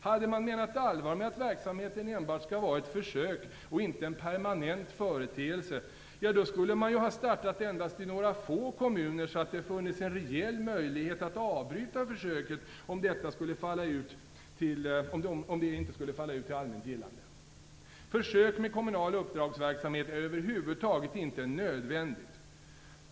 Hade man menat allvar med att verksamheten enbart skall vara ett försök och inte en permanent företeelse skulle man ha startat i endast några få kommuner så att det funnits en rejäl möjlighet att avbryta försöket om detta inte skulle falla ut till allmänt gillande. Försök med kommunal uppdragsverksamhet är över huvud taget inte nödvändigt.